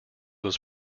was